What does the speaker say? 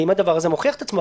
האם הדבר הזה מוכיח את עצמו.